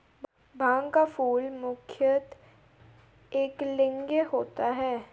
भांग का फूल मुख्यतः एकलिंगीय होता है